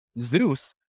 Zeus